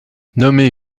nommé